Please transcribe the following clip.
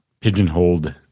pigeonholed